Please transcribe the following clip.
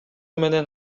менен